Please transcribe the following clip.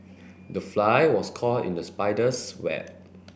the fly was caught in the spider's web